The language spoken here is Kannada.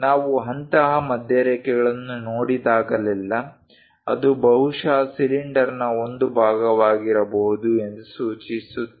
ನಾವು ಅಂತಹ ಮಧ್ಯರೇಖೆಗಳನ್ನು ನೋಡಿದಾಗಲೆಲ್ಲಾ ಅದು ಬಹುಶಃ ಸಿಲಿಂಡರ್ನ ಒಂದು ಭಾಗವಾಗಿರಬಹುದು ಎಂದು ಸೂಚಿಸುತ್ತದೆ